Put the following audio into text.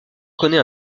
connaît